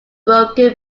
broken